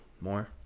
more